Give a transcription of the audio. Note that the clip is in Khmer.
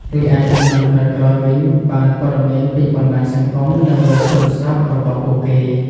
រីឯជំនាន់ក្រោយៗវិញបានព័ត៌មានពីបណ្ដាញសង្គមនៅលើទូរស័ព្ទរបស់ពួកគេ។